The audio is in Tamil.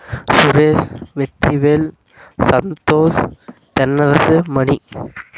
சுரேஷ் வெற்றிவேல் சந்தோஷ் தென்னரசு மணி